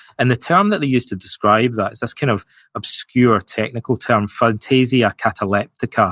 and the term that they use to describe that is this kind of obscure, technical term, phantasia kataleptike, ah